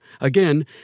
Again